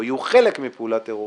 או יהיו חלק מפעולה טרוריסטית,